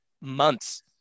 months